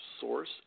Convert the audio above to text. source